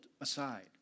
aside